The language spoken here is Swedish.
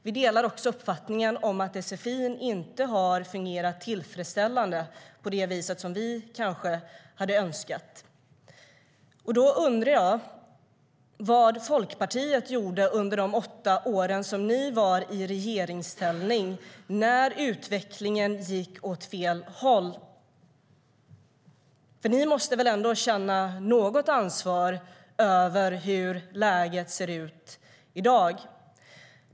Vi delar också uppfattningen att sfi inte har fungerat tillfredsställande på det sätt som vi kanske skulle ha önskat. Jag undrar vad Folkpartiet gjorde under de åtta år ni var i regeringsställning, när utvecklingen gick åt fel håll. Ni måste väl ändå känna något ansvar för hur läget ser ut i dag?